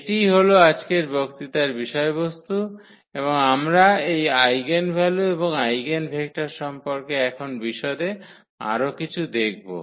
এটিই হল আজকের বক্তৃতার বিষয়বস্তু এবং আমরা এই আইগেনভ্যালু এবং আইগেনভেক্টর সম্পর্কে এখন বিশদে আরও কিছু দেখব